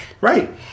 Right